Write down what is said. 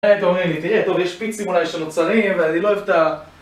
תראה טוב, יש שפיצים אולי שנוצרים, ואני לא אוהב את ה...